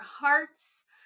hearts